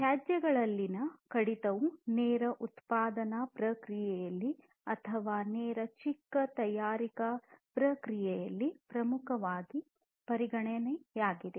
ತ್ಯಾಜ್ಯಗಳಲ್ಲಿನ ಕಡಿತವು ನೇರ ಉತ್ಪಾದನಾ ಪ್ರಕ್ರಿಯೆಯಲ್ಲಿ ಅಥವಾ ನೇರ ಚಿಕ್ಕ ತಯಾರಿಕಾ ಪ್ರಕ್ರಿಯೆಯಲ್ಲಿ ಪ್ರಮುಖವಾದ ಪರಿಗಣನೆಯಾಗಿದೆ